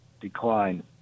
decline